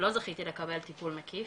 לא זכיתי לקבל טיפול מקיף,